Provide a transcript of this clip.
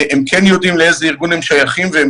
הם כן יודעים לאיזה ארגון הם שייכים והם